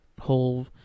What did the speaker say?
whole